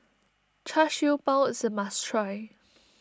Char Siew Bao is a must try